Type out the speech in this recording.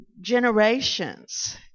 generations